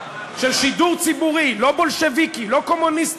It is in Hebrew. של שידור ציבורי, לא בולשביקי, לא קומוניסטי,